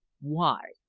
why?